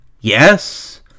yes